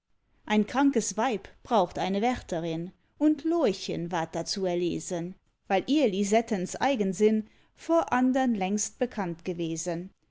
ein krankes weib braucht eine wärterin und lorchen ward dazu erlesen weil ihr lisettens eigensinn vor andern längst bekannt gewesen